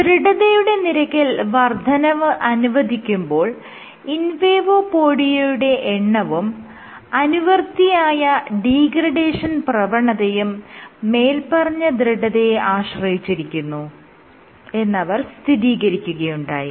ദൃഢതയുടെ നിരക്കിൽ വർദ്ധനവ് അനുവദിക്കുമ്പോൾ ഇൻവേഡോപോഡിയയുടെ എണ്ണവും അനുവർത്തിയായ ഡീഗ്രഡേഷൻ പ്രവണതയും മേല്പറഞ്ഞ ദൃഢതയെ ആശ്രയിച്ചിരിക്കുന്നു എന്നവർ സ്ഥിതീകരിക്കുകയുണ്ടായി